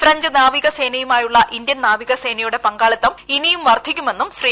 French നാവികസേനയുമായുള്ള Indian നാവികസേനയുടെ പങ്കാളിത്തം ഇനിയും വർദ്ധിക്കുമെന്നും ശ്രീ